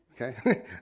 okay